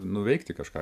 nuveikti kažką